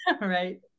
Right